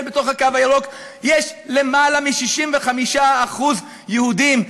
בתוך הקו הירוק יש למעלה מ-65% יהודים,